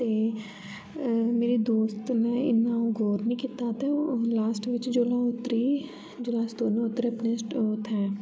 ते अ मेरे दोस्त ने इन्ना गोर नी कित्ता ते लास्ट बिच जोल्लै अ'ऊं उतरी जोल्लै अस दोनो उतरे अपने उत्थै